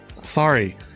Sorry